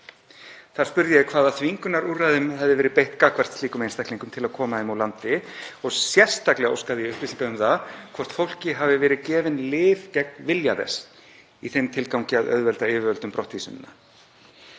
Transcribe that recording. Ég spurði hvaða þvingunarúrræðum hefði verið beitt gagnvart slíkum einstaklingum til að koma þeim úr landi og sérstaklega óskaði ég upplýsinga um það hvort lyf hefðu verið gefin fólki gegn vilja þess í þeim tilgangi að auðvelda yfirvöldum brottvísunina.